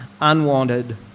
unwanted